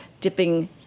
dipping